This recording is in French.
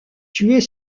tuer